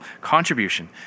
contribution